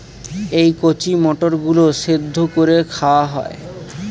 এই কচি মটর গুলো সেদ্ধ করে খাওয়া হয়